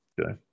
Okay